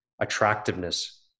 attractiveness